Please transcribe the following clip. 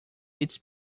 its